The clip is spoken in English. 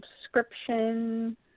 subscription